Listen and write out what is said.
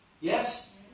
Yes